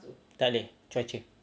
tak boleh cuaca